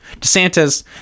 DeSantis